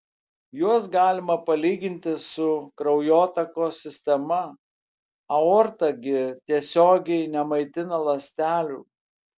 juos galima palyginti su kraujotakos sistema aorta gi tiesiogiai nemaitina ląstelių